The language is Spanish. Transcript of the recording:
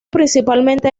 principalmente